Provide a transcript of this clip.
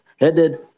headed